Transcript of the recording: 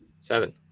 Seven